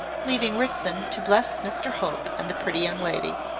leaving ritson to bless mr hope and the pretty young lady.